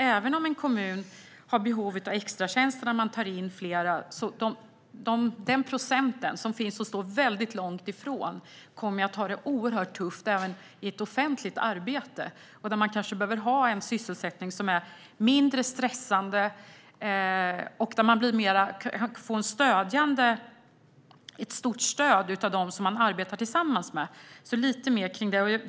Även om en kommun har behov av extratjänster och tar in fler kommer den procent som står väldigt långt ifrån att ha det oerhört tufft även i ett offentligt arbete. De kanske behöver ha en sysselsättning som är mindre stressande där de får ett stort stöd av dem som de arbetar tillsammans med. Jag vill höra lite mer om det.